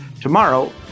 tomorrow